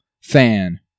fan